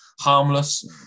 Harmless